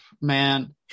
man